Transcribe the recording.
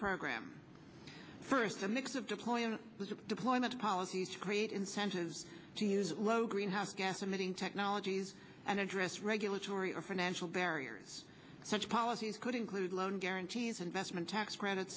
program first a mix of deployment was deployment of policies create incentives to use low greenhouse gas emitting technologies and address regulatory or financial barriers such policies could include loan guarantees investment tax credits